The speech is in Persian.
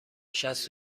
شصت